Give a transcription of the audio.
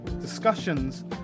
discussions